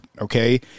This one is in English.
Okay